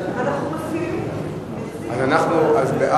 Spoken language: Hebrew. אנחנו מסכימים, הוועדה לביקורת המדינה.